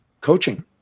coaching